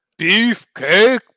beefcake